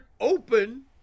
open